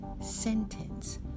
sentence